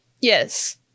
Yes